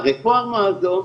הרפורמה הזאת,